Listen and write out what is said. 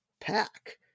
pack